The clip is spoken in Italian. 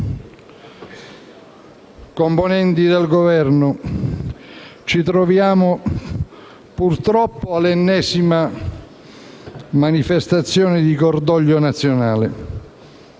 Componenti del Governo, ci troviamo purtroppo all'ennesima manifestazione di cordoglio nazionale.